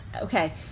okay